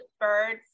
birds